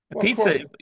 Pizza